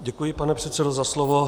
Děkuji, pane předsedo, za slovo.